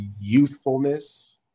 youthfulness